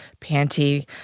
panty